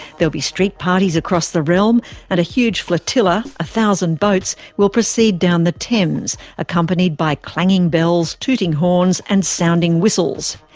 there'll be street parties across the realm and a huge flotilla a thousand boats will proceed down the thames, accompanied by clanging bells, tooting horns and sounding whistles.